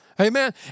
Amen